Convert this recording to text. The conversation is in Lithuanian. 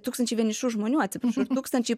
tūkstančiai vienišų žmonių atsiprašau ir tūkstančiai